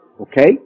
Okay